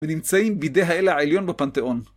ונמצאים בידי האל העליון בפנתאון.